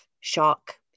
shock